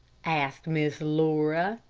asked miss laura.